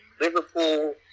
Liverpool